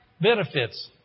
Benefits